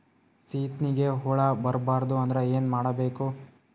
ಸೀತ್ನಿಗೆ ಹುಳ ಬರ್ಬಾರ್ದು ಅಂದ್ರ ಏನ್ ಮಾಡಬೇಕು?